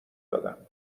دادم